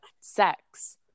sex